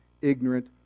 ignorant